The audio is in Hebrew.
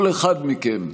כל אחד מכם,